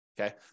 Okay